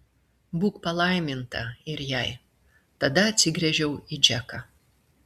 būk palaiminta ir jai tada atsigręžiau į džeką